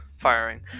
firing